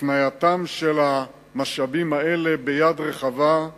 הפנייתם של המשאבים האלה ביד רווחה לתשלומים,